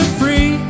free